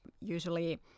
Usually